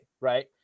right